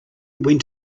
went